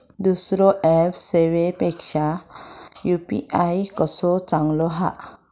दुसरो ऍप सेवेपेक्षा यू.पी.आय कसो चांगलो हा?